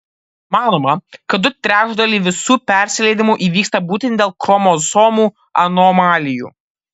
manoma kad du trečdaliai visų persileidimų įvyksta būtent dėl chromosomų anomalijų